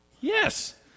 Yes